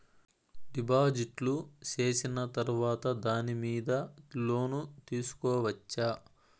డిపాజిట్లు సేసిన తర్వాత దాని మీద లోను తీసుకోవచ్చా?